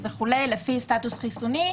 לפי סטטוס חיסוני,